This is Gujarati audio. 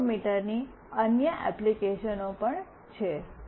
એક્સેલેરોમીટરની અન્ય એપ્લિકેશનો પણ છે